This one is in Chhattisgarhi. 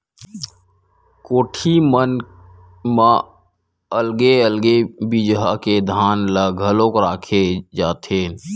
कोठी मन म अलगे अलगे बिजहा के धान ल घलोक राखे जाथेन